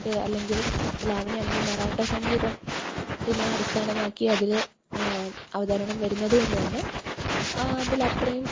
അല്ലെങ്കിൽ ലാവനയാണെങ്കിൽ മറാഠ സംഗീതത്തിനെ അടിസ്ഥാനമാക്കി അതിൽ അവതരണം വരുന്നതുകൊണ്ട് തന്നെ അതിലത്രയും